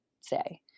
say